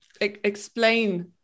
explain